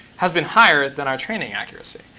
has been higher than our training accuracy.